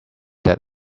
that